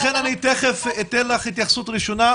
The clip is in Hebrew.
תכף אתן לך התייחסות ראשונה,